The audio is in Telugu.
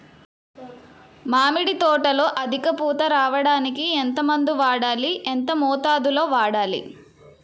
మామిడి తోటలో అధిక పూత రావడానికి ఎంత మందు వాడాలి? ఎంత మోతాదు లో వాడాలి?